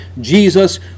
Jesus